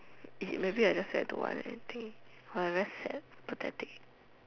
eat maybe I just say I don't want anything !wah! I very sad pathetic